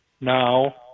Now